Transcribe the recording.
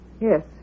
Yes